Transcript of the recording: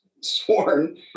sworn